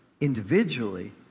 individually